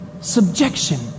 subjection